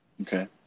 Okay